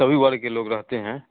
सभी वर्ग के लोग रहते हैं